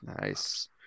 Nice